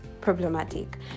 problematic